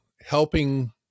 helping